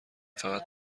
فقط